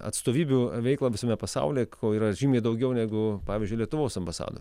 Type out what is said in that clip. atstovybių veiklą visame pasaulyje ko yra žymiai daugiau negu pavyzdžiui lietuvos ambasada